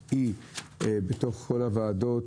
אי בתוך כל הוועדות,